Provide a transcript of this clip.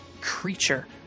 creature